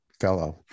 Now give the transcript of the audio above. fellow